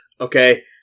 Okay